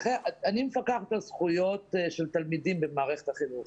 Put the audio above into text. מפקחת על זכויות של תלמידים במערכת החינוך.